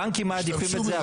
הבנקים מעדיפים את זה הפוך.